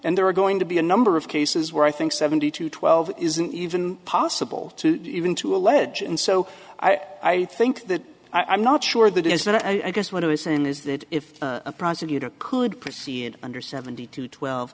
and there are going to be a number of cases where i think seventy to twelve isn't even possible to even to allege and so i think that i'm not sure that is that i guess what i was saying is that if a prosecutor could proceed under seventy to twelve